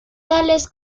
tales